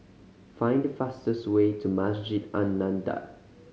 find the fastest way to Masjid An Nahdhah